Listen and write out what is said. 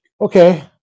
Okay